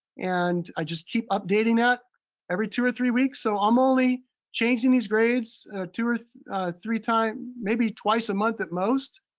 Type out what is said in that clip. and i just keep updating ah that every two or three weeks, so i'm only changing these grades two or three times, maybe twice a month at most.